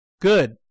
good